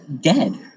dead